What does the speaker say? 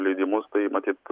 leidimus tai matyt